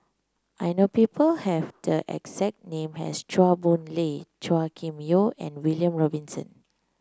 I know people have the exact name as Chua Boon Lay Chua Kim Yeow and William Robinson